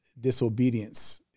disobedience